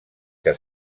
que